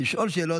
לשאול שאלות,